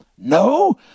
No